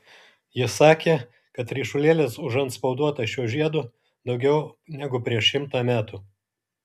jis sakė kad ryšulėlis užantspauduotas šiuo žiedu daugiau negu prieš šimtą metų